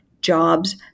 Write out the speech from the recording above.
Jobs